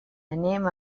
anem